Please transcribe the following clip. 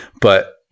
but-